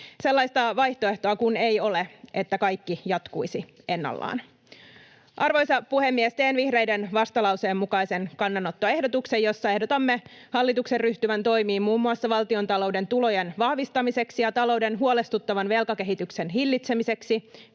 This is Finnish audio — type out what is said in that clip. Sellaista vaihtoehtoa kun ei ole, että kaikki jatkuisi ennallaan. Arvoisa puhemies! Teen vihreiden vastalauseen mukaisen kannanottoehdotuksen, jossa ehdotamme hallituksen ryhtyvän toimiin muun muassa valtiontalouden tulojen vahvistamiseksi ja talouden huolestuttavan velkakehityksen hillitsemiseksi,